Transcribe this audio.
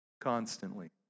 constantly